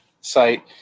site